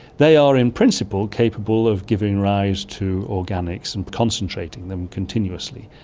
they are in principle capable of giving rise to organics and concentrating them continuously.